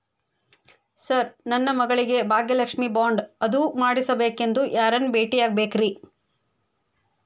Sir ನನ್ನ ಮಗಳಿಗೆ Bhagyalakshmi bond ಅದು ಮಾಡಿಸಬೇಕೆಂದು ಯಾರನ್ನ ಭೇಟಿಯಾಗಬೇಕ್ರಿ?